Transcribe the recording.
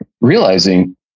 realizing